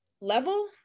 level